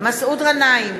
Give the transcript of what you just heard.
מסעוד גנאים,